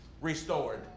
restored